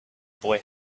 boy